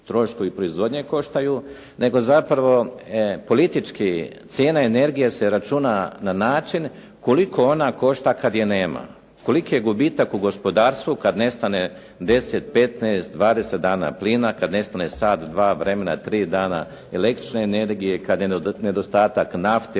troškovi proizvodnje koštaju nego zapravo politički cijena energije se računa na način koliko ona košta kad je nema, koliki je gubitak u gospodarstvu kad nestane 10, 15, 20 dana plina, kad nestane sat, dva vremena, tri dana električne energije, kad je nedostatak nafte